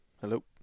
Hello